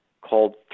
called